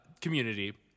community